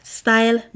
style